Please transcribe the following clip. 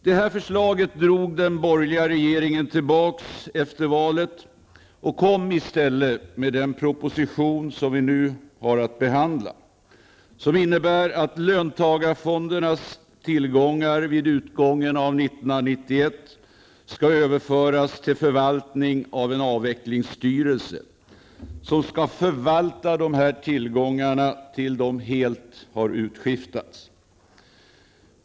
Detta förslag drog den borgerliga regeringen tillbaka efter valet och kom i stället med den proposition vi nu har att behandla, som innebär att löntagarfondernas tillgångar vid utgången av 1991 skall överföras till förvaltning av en avvecklingsstyrelse, vilken skall förvalta dessa tillgångar till dess de helt har utskiftats.